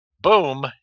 boom